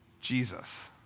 Jesus